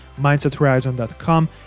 mindsethorizon.com